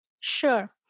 Sure